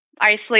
isolate